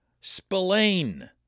Spillane